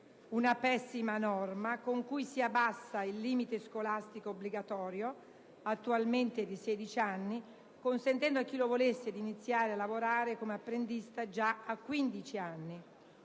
Una pessima norma con cui si abbassa il limite scolastico obbligatorio, attualmente di sedici anni, consentendo, a chi lo volesse, di iniziare a lavorare come apprendista già a quindici